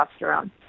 testosterone